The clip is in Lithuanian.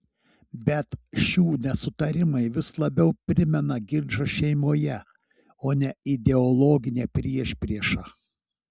bet šių nesutarimai vis labiau primena ginčą šeimoje o ne ideologinę priešpriešą